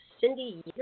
Cindy